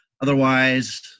Otherwise